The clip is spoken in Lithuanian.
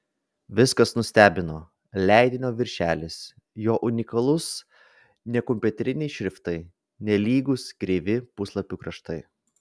viskas nustebino leidinio viršelis jo unikalūs nekompiuteriniai šriftai nelygūs kreivi puslapių kraštai